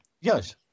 Yes